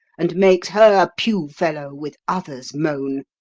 and makes her pew-fellow with others' moan!